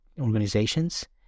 organizations